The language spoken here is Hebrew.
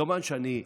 כמובן שאני,